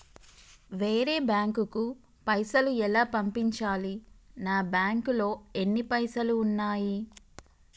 వేరే బ్యాంకుకు పైసలు ఎలా పంపించాలి? నా బ్యాంకులో ఎన్ని పైసలు ఉన్నాయి?